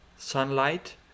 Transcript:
sunlight